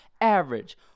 Average